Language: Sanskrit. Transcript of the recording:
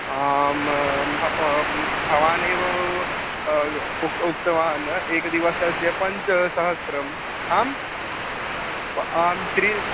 आं भ भवानेव व् उ उक्तवान् एकदिवसस्य पञ्चसहस्रम् आम् आम् प्रि